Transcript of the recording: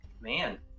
man